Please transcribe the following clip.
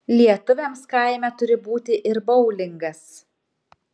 lietuviams kaime turi būti ir boulingas